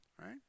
right